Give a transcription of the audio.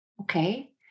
okay